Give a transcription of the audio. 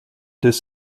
this